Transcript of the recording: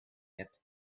yet